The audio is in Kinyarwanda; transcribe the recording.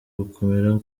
gukomera